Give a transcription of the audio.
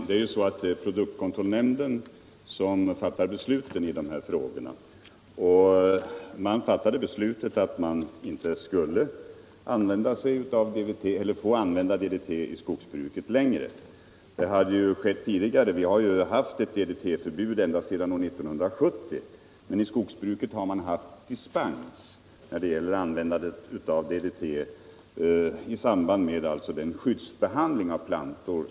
Herr talman! Det är produktkontrollnämnden som fattar beslut i dessa frågor. Den har fattat beslutet att DDT inte längre får användas i skogsbruket. Det beslutet har fattats långt tidigare. Vi har haft ett DDT-förbud ända sedan 1970, men i skogsbruket har man haft dispens och fått an 8 vända DDT i samband med skyddsbehandling av plantor.